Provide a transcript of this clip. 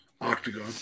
octagon